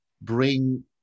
bring